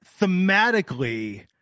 thematically